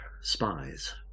spies